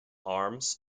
arms